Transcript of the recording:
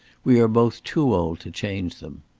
we are both too old to change them.